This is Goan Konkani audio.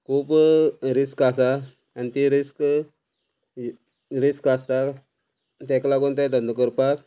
खूब रिस्क आसा आनी ती रिस्क रिस्क आसता तेका लागून ते धंदो करपाक